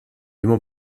immer